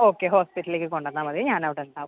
okay ഹോസ്പിറ്റലിലേക്ക് കൊണ്ടുവന്നാൽ മതി ഞാൻ അവിടെ ഉണ്ടാവും